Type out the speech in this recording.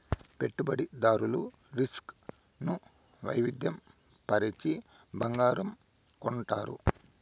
పెట్టుబడిదారులు రిస్క్ ను వైవిధ్య పరచి బంగారం కొంటారు